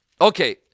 Okay